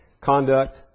conduct